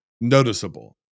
noticeable